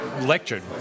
lectured